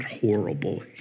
horrible